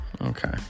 okay